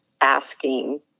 asking